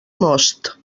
most